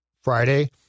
Friday